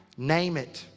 name it.